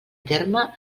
terme